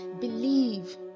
Believe